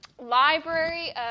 library